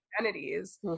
identities